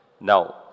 Now